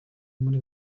muri